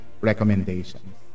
recommendations